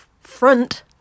front